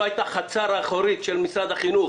של משרד החינוך,